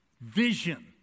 vision